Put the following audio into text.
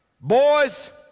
boys